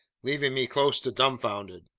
leaving me close to dumbfounded.